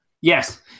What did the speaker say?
Yes